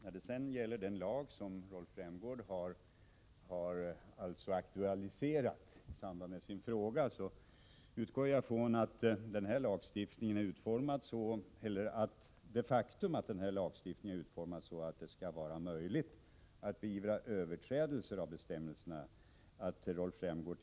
Beträffande den lag som Rolf Rämgård har aktualiserat i samband med sin fråga utgår jag från att han inte har något emot det faktum att lagstiftningen är utformad så att det skall vara möjligt att beivra överträdelser av bestämmelserna.